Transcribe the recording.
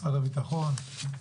משרד הביטחון?